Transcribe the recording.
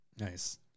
Nice